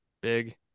big